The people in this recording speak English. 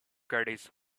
caddies